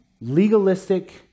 legalistic